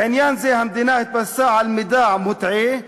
בעניין זה המדינה התבססה על מידע מוטעה,